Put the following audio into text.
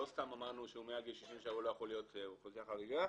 לא סתם אמרנו שהוא מעל גיל 67 הוא לא יכול להיות אוכלוסייה חריגה,